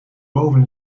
boven